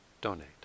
donate